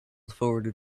forwarded